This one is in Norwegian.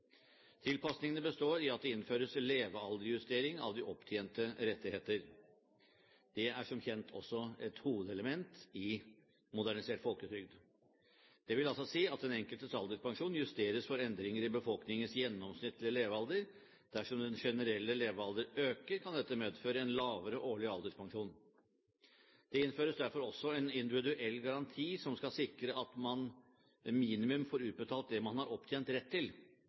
Tilpasningene består i at det innføres levealdersjustering av de opptjente rettigheter – det er som kjent også et hovedelement i modernisert folketrygd. Det vil altså si at den enkeltes alderspensjon justeres for endringer i befolkningens gjennomsnittlige levealder. Dersom den generelle levealder øker, kan dette medføre en lavere årlig alderspensjon. Det innføres derfor også en individuell garanti som skal sikre at man minimum får utbetalt det man har opptjent rett til.